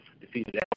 defeated